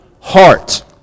heart